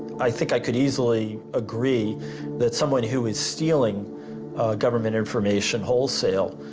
i think i could easily agree that someone who is stealing government information wholesale,